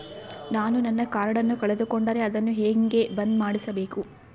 ನಾನು ನನ್ನ ಕಾರ್ಡನ್ನ ಕಳೆದುಕೊಂಡರೆ ಅದನ್ನ ಹೆಂಗ ಬಂದ್ ಮಾಡಿಸಬೇಕು?